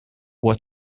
what